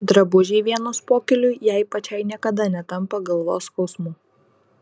drabužiai vienos pokyliui jai pačiai niekada netampa galvos skausmu